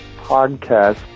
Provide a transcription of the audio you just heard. podcast